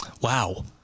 Wow